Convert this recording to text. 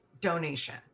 donation